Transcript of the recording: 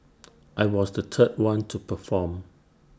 I was the third one to perform